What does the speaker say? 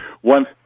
one